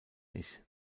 ich